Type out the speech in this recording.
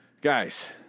Guys